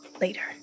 later